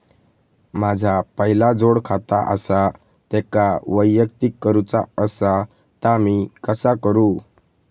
माझा पहिला जोडखाता आसा त्याका वैयक्तिक करूचा असा ता मी कसा करू?